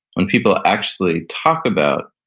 when people actually talk about,